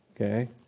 Okay